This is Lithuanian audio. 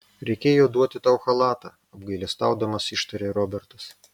reikėjo duoti tau chalatą apgailestaudamas ištarė robertas